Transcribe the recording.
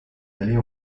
aller